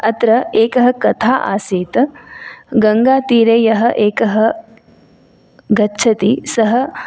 अत्र एकः कथा आसीत् गङ्गातीरे यः एकः गच्छति सः